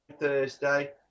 Thursday